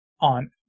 on